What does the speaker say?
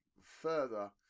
further